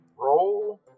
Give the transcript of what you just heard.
Roll